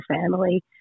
family